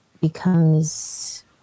becomes